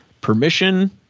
permission